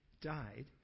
died